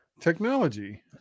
technology